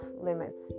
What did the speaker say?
limits